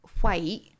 white